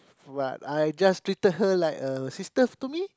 what I just treated her like a sister to me